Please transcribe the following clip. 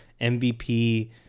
MVP